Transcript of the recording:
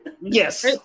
Yes